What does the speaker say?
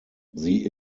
sie